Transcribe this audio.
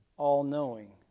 all-knowing